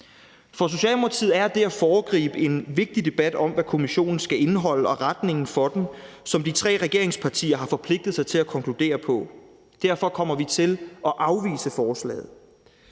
For Socialdemokratiet er det at foregribe en vigtig debat om, hvad kommissionen skal indeholde, og retningen for den, som de tre regeringspartier har forpligtet sig til at konkludere på. Derfor kommer vi til at afvise forslaget.